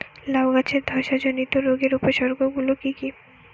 লাউ গাছের ধসা জনিত রোগের উপসর্গ গুলো কি কি?